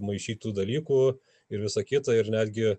maišytų dalykų ir visa kita ir netgi